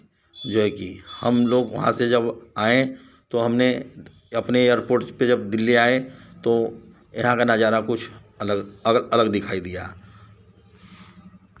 जो है कि हम लोग वहाँ से जब आए तो हमने अपने एयरपोर्ट पर जब दिल्ली आए तो यहाँ का नज़ारा कुछ अलग अलग दिखाई दिया